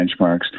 benchmarks